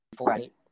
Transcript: Right